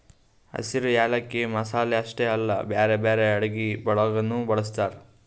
ಹಸಿರು ಯಾಲಕ್ಕಿ ಮಸಾಲೆ ಅಷ್ಟೆ ಅಲ್ಲಾ ಬ್ಯಾರೆ ಬ್ಯಾರೆ ಅಡುಗಿ ಒಳಗನು ಬಳ್ಸತಾರ್